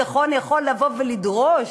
יכולים לבוא ולדרוש,